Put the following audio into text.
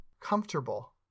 comfortable